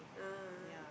ah